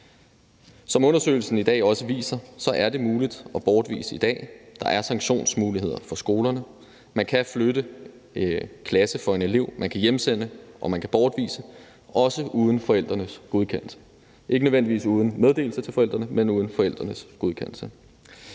Som undersøgelsen i dag også viser, er det i dag også muligt at bortvise. Der er sanktionsmuligheder for skolerne; man kan flytte klasse for en elev; man kan hjemsende, og man kan bortvise, også uden forældrenes godkendelse; ikke nødvendigvis uden meddelelse til forældrene, men uden forældrenes godkendelse.